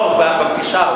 לא, בפגישה.